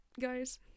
guys